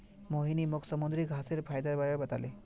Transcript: मोहिनी मोक समुंदरी घांसेर फयदार बारे बताले